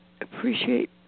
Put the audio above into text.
appreciate